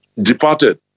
Departed